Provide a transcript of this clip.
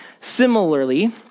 Similarly